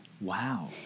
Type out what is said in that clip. Wow